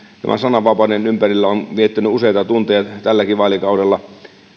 tämän sananvapauden ympärillä on viettänyt useita tunteja tälläkin vaalikaudella